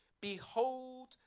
Behold